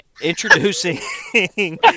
introducing